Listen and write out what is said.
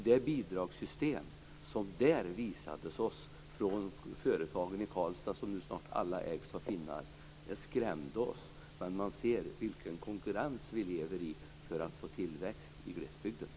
Det bidragssystem som presenterades för oss av företagen i Karlstad - som nu snart alla ägs av finnar - skrämde oss. Men man ser vilken konkurrens vi lever i för att få tillväxt i landsbygden.